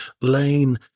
Lane